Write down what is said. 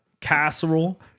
casserole